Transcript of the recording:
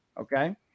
Okay